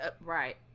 right